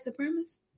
supremacists